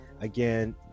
Again